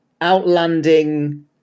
outlanding